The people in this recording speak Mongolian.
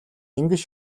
ингэж